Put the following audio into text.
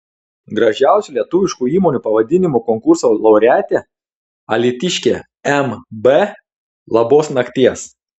gražiausių lietuviškų įmonių pavadinimų konkurso laureatė alytiškė mb labos nakties